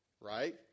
right